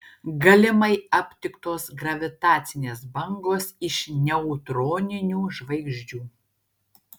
galimai aptiktos gravitacinės bangos iš neutroninių žvaigždžių